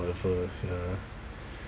whatever ya